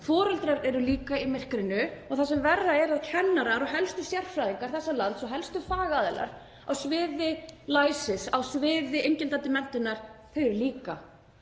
Foreldrar eru líka í myrkrinu og það sem verra er er að kennarar og helstu sérfræðingar þessa lands og helstu fagaðilar á sviði læsis, á sviði inngildandi menntunar, eru líka